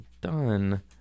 done